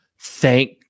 Thank